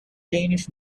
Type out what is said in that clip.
danish